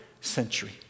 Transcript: century